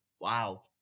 Wow